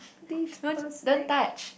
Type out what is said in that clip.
don't don't touch